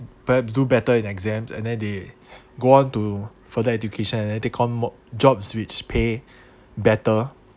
perhaps do better in exams and then they go on to further education and then they take on more jobs which pay better